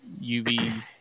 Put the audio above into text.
uv